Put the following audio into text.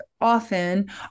often